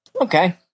Okay